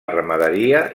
ramaderia